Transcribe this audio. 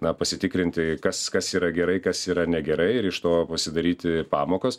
na pasitikrinti kas kas yra gerai kas yra negerai ir iš to pasidaryti pamokas